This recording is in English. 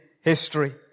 history